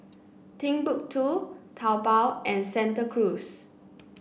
Timbuk two Taobao and Santa Cruz